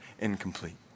incomplete